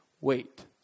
wait